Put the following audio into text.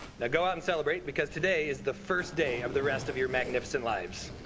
now go out and celebrate because today is the first day of the rest of your magnificent lives.